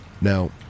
now